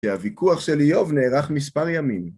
שהוויכוח של איוב נערך מספר ימים.